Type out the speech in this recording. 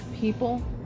people